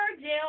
jail